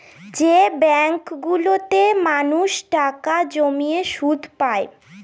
যে ব্যাঙ্কগুলোতে মানুষ টাকা জমিয়ে সুদ পায়